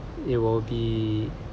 it will be